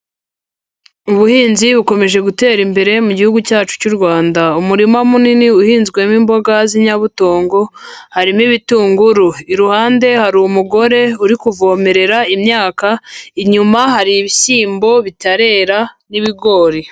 Ubuhinzi bukomeje gutera imbere mu gihugu cyacu cy'u Rwanda, umurima munini uhinzwemo imboga z'inyabutongo harimo ibitunguru, iruhande hari umugore uri kuvomerera imyaka, inyuma hari ibishyimbo bitarera n'ibigori.